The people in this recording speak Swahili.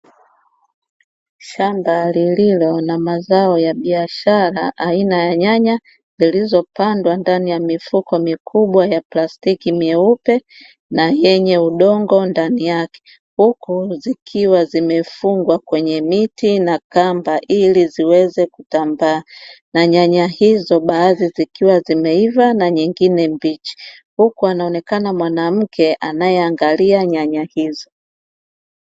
Shamba lililo na mazao ya biashara aina ya nyanya zilizopandwa ndani ya mifuko mikubwa ya plastiki nyeupe na yenye udongo ndani yake, huku zikiwa zimefungwa kwenye miti na kamba ili ziweze kutambaa, na nyanya hizo baadhi zikiwa zimeiva na nyingine mbichi, huku anaonekana mwanamke anayeangalia nyanya hizo.